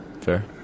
Fair